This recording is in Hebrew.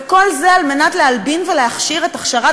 וכל זה כדי להלבין ולהכשיר את החזרת